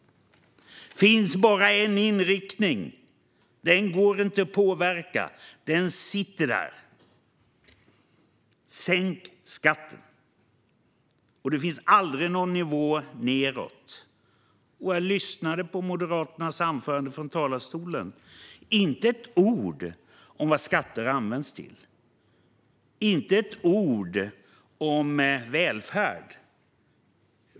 Det finns bara en inriktning, och den går inte att påverka. Den sitter där. Sänk skatten! Och det finns aldrig någon nivå nedåt. Jag lyssnade på Moderaternas anförande från talarstolen. Det sas inte ett ord om vad skatter används till och inte ett ord om välfärd.